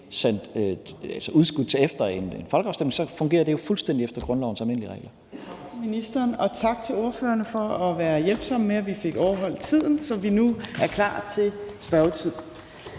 udskudt til efter en folkeafstemning, så fungerer det jo fuldstændig efter grundlovens almindelige regler. Kl. 15:01 Tredje næstformand (Trine Torp): Tak til ministeren, og tak til ordførerne for at være hjælpsomme med, at vi fik overholdt tiden, så vi nu er klar til spørgetiden.